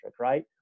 right